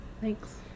thanks